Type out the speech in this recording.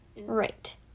right